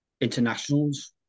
internationals